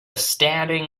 standing